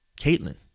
Caitlin